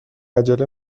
عجله